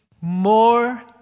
more